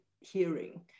hearing